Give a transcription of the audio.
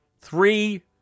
Three